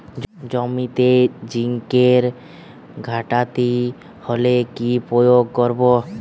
জমিতে জিঙ্কের ঘাটতি হলে কি প্রয়োগ করব?